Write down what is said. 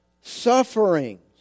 sufferings